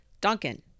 Duncan